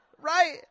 Right